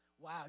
wow